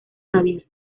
xavier